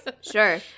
Sure